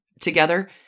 together